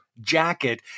jacket